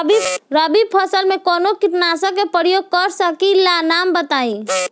रबी फसल में कवनो कीटनाशक के परयोग कर सकी ला नाम बताईं?